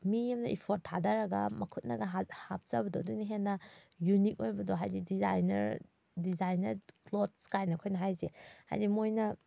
ꯃꯤ ꯑꯃꯅ ꯏꯐꯣꯔꯠ ꯊꯥꯗꯔꯒ ꯃꯈꯨꯠꯅꯒ ꯍꯥꯞꯆꯕꯗꯣ ꯑꯗꯨꯅ ꯍꯦꯟꯅ ꯌꯨꯅꯤꯛ ꯑꯣꯏꯕꯗꯣ ꯍꯥꯏꯗꯤ ꯗꯤꯖꯥꯏꯟꯅꯔ ꯗꯤꯖꯥꯏꯟꯅꯔ ꯀ꯭ꯂꯣꯠꯁ ꯀꯥꯏꯅ ꯑꯩꯈꯣꯏꯅ ꯍꯥꯏꯁꯦ ꯍꯥꯏꯗꯤ ꯃꯣꯏꯅ